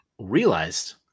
realized